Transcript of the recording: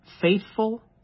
faithful